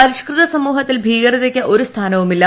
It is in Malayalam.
പരിഷ്കൃത സമൂഹത്തിൽ ഭീകരതയ്ക്ക് ഒരു സ്ഥാനവുമില്ല